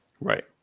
Right